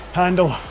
handle